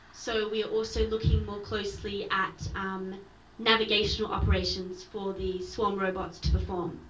so we're also looking more closely at um navigational operations for the swarm robots to perform,